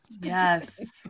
Yes